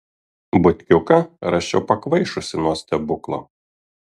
butkiuką rasčiau pakvaišusį nuo stebuklo